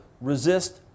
resist